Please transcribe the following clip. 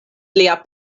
lia